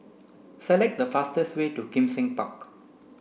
select the fastest way to Kim Seng Park